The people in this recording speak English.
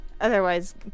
Otherwise